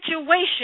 situation